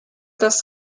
das